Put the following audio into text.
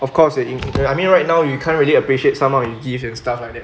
of course in I mean right now you can't really appreciate somehow in gifts and stuff like that